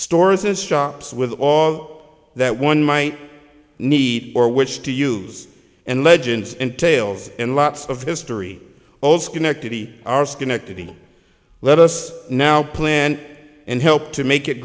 stores and shops with all that one might need or which to use and legends and tales and lots of history all schenectady are schenectady let us now plan and help to make it